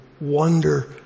wonder